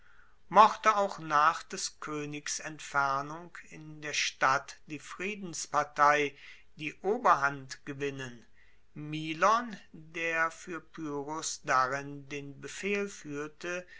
mochte auch nach des koenigs entfernung in der stadt die friedenspartei die oberhand gewinnen milon der fuer pyrrhos darin den befehl fuehrte